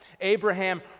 Abraham